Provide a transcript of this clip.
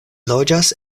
loĝas